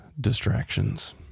distractions